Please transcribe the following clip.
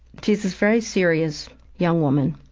she's this very serious young woman.